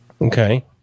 okay